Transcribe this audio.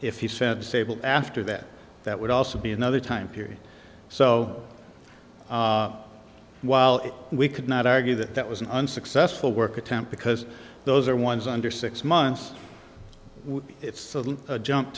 if he said stable after that that would also be another time period so while we could not argue that that was an unsuccessful work attempt because those are ones under six months it's salute jumped